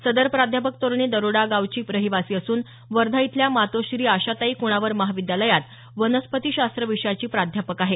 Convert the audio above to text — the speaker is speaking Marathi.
सदर प्राध्यापक तरुणी दारोडा गावची रहिवासी असून वर्धा इथल्या मातोश्री आशाताई कुणावार महाविद्यालयात वनस्पती शास्त्र विषयाची प्राध्यापक आहे